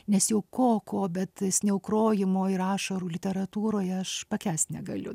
nes jau ko ko bet sniaukrojimo ir ašarų literatūroje aš pakęst negaliu